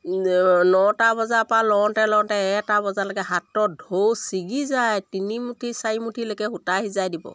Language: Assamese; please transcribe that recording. নটা বজাৰ পৰা লওঁতে লওঁতে এটা বজালৈকে হাতত ঢৌ ছিগি যায় তিনিমুঠি চাৰি মুঠি লৈকে সূতা সিজাই দিব